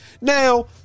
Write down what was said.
Now